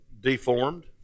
deformed